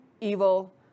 evil